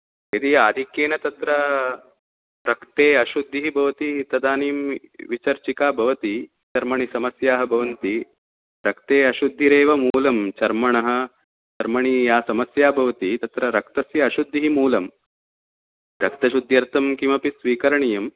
यदि आधिक्येन तत्र रक्ते अशुद्धिः भवति तदानीं विचर्चिका भवति चर्मणि समस्याः भवन्ति रक्ते अशुद्धिरेव मूलं चर्मणः चर्मणि या समस्या भवति तत्र रक्तस्य अशुद्धिः मूलं रक्तशुद्ध्यर्थं किमपि स्वीकरणीयम्